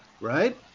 right